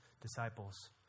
disciples